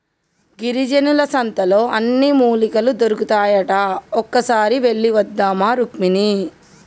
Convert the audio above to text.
గిరిజనుల సంతలో అన్ని మూలికలు దొరుకుతాయట ఒక్కసారి వెళ్ళివద్దామా రుక్మిణి